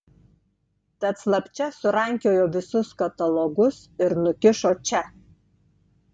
tad slapčia surankiojo visus katalogus ir nukišo čia